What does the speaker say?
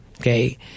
okay